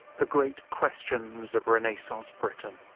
the great questions of renaissance britain.